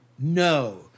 No